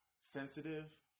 Sensitive